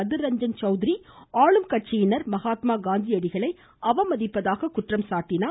அதிர் ரஞ்சன் சௌத்ரி ஆளும் கட்சியினர் மகாத்மா காந்தியடிகளை அவமதிப்பதாக குற்றம் சாட்டினார்